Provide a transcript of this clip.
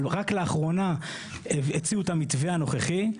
אבל רק לאחרונה הציעו את המתווה הנוכחי,